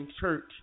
church